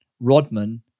rodman